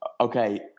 okay